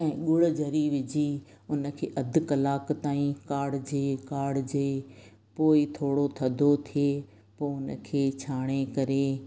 ऐं ॻुड़ जरी विझी उनखे अधु कलाक ताईं काढ़जे काढ़जे पोइ थोरो थधो थिए पोइ उनखे छाणे करे